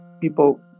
People